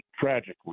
tragically